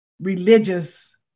religious